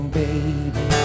baby